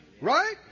Right